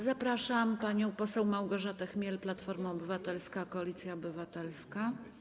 Zapraszam panią poseł Małgorzatę Chmiel, Platforma Obywatelska - Koalicja Obywatelska.